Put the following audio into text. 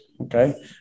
okay